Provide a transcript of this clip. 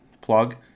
plug